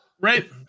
right